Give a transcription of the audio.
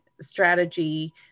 strategy